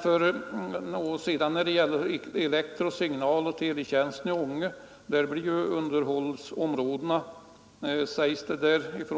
För elektro-, signaloch teletjänsten i Ånge blir underhållsområdena, säger